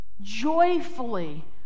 Joyfully